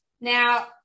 Now